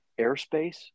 airspace